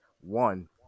one